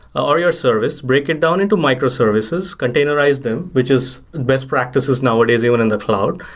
or your service, break it down into microservices, containerize them, which is best practices nowadays even in the cloud,